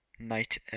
Knight